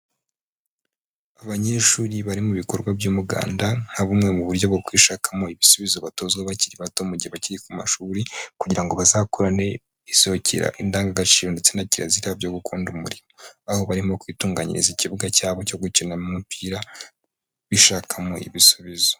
Abanyeshuri bari mu bikorwa by'umuganda, nka bumwe mu buryo bwo kwishakamo ibisubizo batozwa bakiri bato mu gihe bakiri ku mashuri, kugira ngo bazakurane isohokera indangagaciro ndetse na kirazira byo gukunda umurimo. Aho barimo kwitunganyiriza ikibuga cyabo cyo gukina mo umupira, bishakamo ibisubizo.